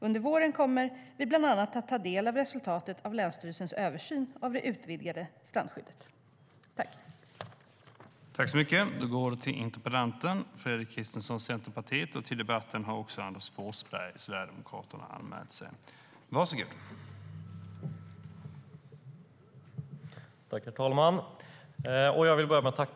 Under våren kommer vi bland annat att ta del av resultatet av länsstyrelsernas översyn av det utvidgade strandskyddet.